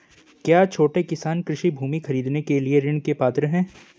क्या छोटे किसान कृषि भूमि खरीदने के लिए ऋण के पात्र हैं?